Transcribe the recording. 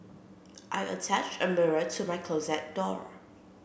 I attached a mirror to my closet door